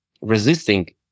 resisting